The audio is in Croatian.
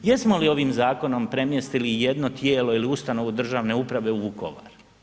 Jesmo li ovim zakonom premjestili jedno tijelo ili ustanovu državne uprave u Vukovar?